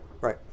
Right